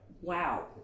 wow